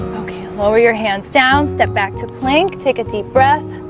okay, lower your hands down step back to plank take a deep breath